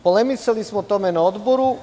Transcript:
Polemisali smo o tome na odboru.